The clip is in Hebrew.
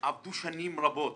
פעלו שנים רבות